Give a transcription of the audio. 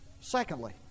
Secondly